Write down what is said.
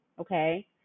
Okay